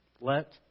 Let